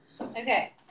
Okay